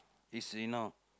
is you know